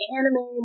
Anime